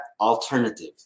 alternative